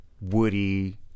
woody